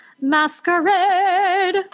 masquerade